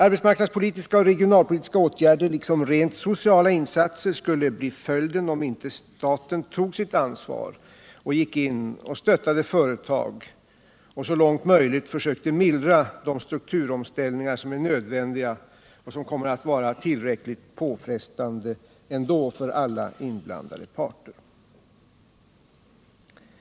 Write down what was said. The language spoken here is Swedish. Arbetsmarknadspolitiska och regionalpolitiska åtgärder liksom rent sociala insatser skulle bli följden om inte staten tog sitt ansvar och gick in och stöttade företag och så långt möjligt försökte mildra de strukturomställningar som är nödvändiga och som kommer att vara tillräckligt påfrestande ändå för alla inblandade parter.